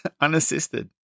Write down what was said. Unassisted